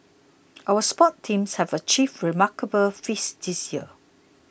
our sports teams have achieved remarkable feats this year